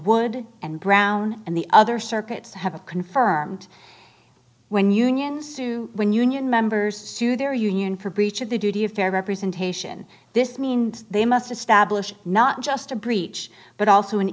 wood and brown and the other circuits have a confirmed when unions to win union members to sue their union for breach of the duty of fair representation this means they must establish not just a breach but also an